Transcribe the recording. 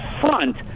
front